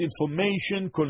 information